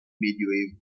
medioevo